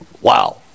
Wow